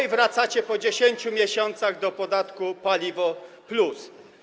i wracacie po 10 miesiącach do podatku paliwo+.